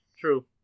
True